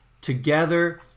together